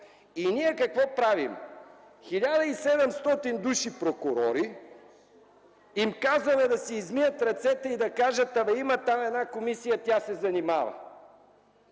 Ние какво правим? На 1700 души прокурори им казваме да си измият ръцете: „Има там една комисия, тя се занимава”.